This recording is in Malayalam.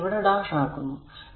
അതിനാൽ ഇവിടെ ഡാഷ് ആക്കുന്നു